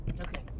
okay